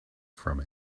from